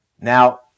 Now